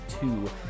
two